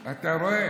אתה רואה?